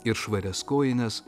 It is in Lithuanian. ir švarias kojines